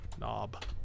knob